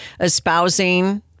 espousing